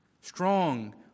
Strong